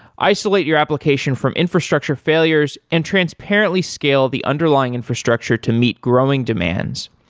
isolate your application from infrastructure failures and transparently scale the underlying infrastructure to meet growing demands,